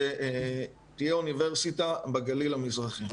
שתהיה אוניברסיטה בגליל המזרחי.